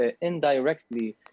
indirectly